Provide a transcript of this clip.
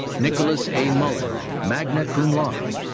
nicholas a. mullen, magna cum laude.